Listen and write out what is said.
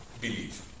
believe